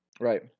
Right